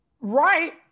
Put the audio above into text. Right